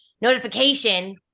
notification